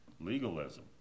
Legalism